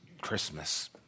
Christmas